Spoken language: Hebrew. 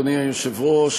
אדוני היושב-ראש,